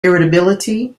irritability